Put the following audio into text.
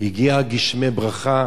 הגיעו גשמי ברכה,